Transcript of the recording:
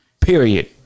Period